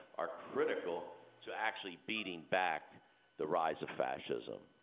are critical to actually beating back the rise of fascism.